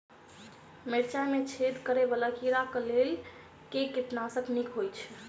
मिर्चाय मे छेद करै वला कीड़ा कऽ लेल केँ कीटनाशक नीक होइ छै?